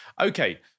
okay